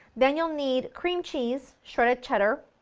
then you'll need cream cheese, shredded cheddar,